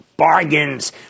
Bargains